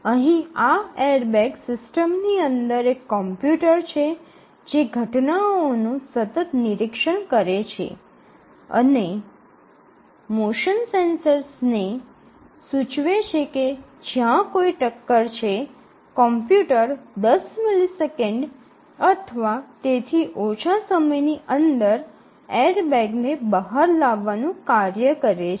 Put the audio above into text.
તેથી અહીં આ એરબેગ સિસ્ટમની અંદર એક કોમ્પ્યુટર છે જે ઘટનાઓનું સતત નિરીક્ષણ કરે છે અને મોશન સેન્સરને સૂચવે છે કે ત્યાં કોઈ ટક્કર છે કોમ્પ્યુટર 10 મિલીસેકન્ડ અથવા તેથી ઓછા સમયની અંદર એરબેગને બહાર લાવવાનું કાર્ય કરે છે